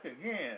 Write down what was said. again